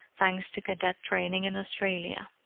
thanks to cadet training in australia.